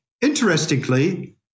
interestingly